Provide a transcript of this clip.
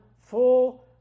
full